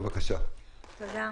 תודה.